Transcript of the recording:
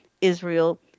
Israel